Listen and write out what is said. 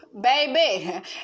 baby